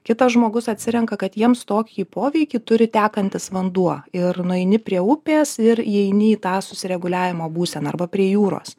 kitas žmogus atsirenka kad jiems tokį poveikį turi tekantis vanduo ir nueini prie upės ir įeini į tą susireguliavimo būseną arba prie jūros